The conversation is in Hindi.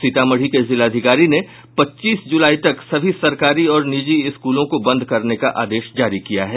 सीतामढ़ी के जिलाधिकारी ने पच्चीस जुलाई तक सभी सरकारी और निजी स्कूलों को बंद करने का आदेश जारी किया है